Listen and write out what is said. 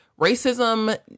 racism